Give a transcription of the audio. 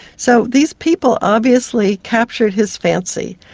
so these people obviously captured his fancy.